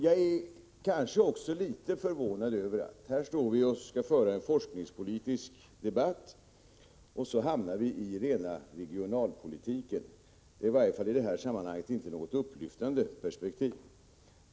Jag är kanske också lite förvånad över en annan sak. Här skall vi föra en forskningspolitisk debatt, men så hamnar vi i rena regionalpolitiken. Det är i varje fall i detta sammanhang inte något upplyftande perspektiv.